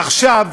עכשיו,